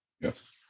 Yes